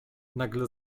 nagle